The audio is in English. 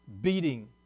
beating